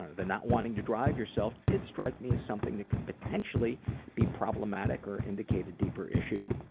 the not wanting to drive yourself did strike me as something that could potentially be problematic or indicate a deeper issue.